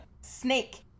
Snake